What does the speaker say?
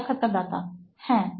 সাক্ষাৎকারদাতা হ্যাঁ